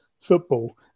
football